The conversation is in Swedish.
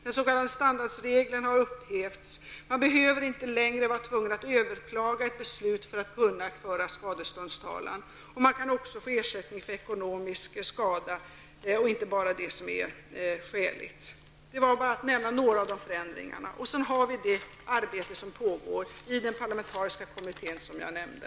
Den s.k. standardregeln har upphävts. Man behöver inte längre vara tvungen att överklaga ett beslut för att kunna föra skadeståndstalan. Man kan också få ersättning för ekonomisk skada, inte bara det som är skäligt. Det var bara att nämna några av förändringarna. Sedan har vi det arbete som pågår inom den parlamentariska kommitté som jag nämnde.